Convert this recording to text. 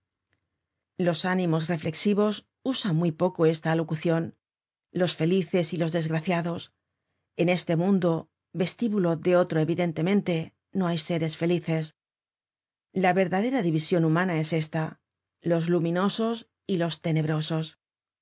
los ánimos reflexivos usan muy poco esta alocucion los felices y los desgraciados en este mundo vestíbulo de otro evidentemente no hay seres felices la verdadera division humana es esta los luminosos y los tenebrosos